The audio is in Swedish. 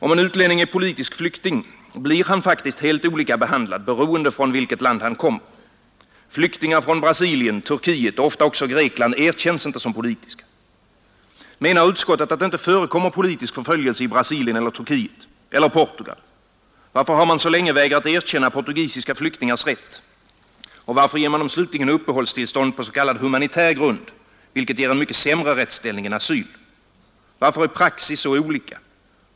Om en utlänning är politisk flykting blir han helt olika behandlad beroende på från vilket land han kommer. Flyktingar från Brasilien, Turkiet och ofta också Grekland erkänns inte som politiska. Menar utskottet att det inte förekommer politisk förföljelse i Brasilien eller Turkiet eller Portugal? Varför har man så länge vägrat erkänna portugisiska flyktingars rätt och varför ger man dem slutligen uppehållstillstånd på s.k. humanitär grund, vilket ger en mycket sämre rättsställning än asyl? Varför är praxis så olika?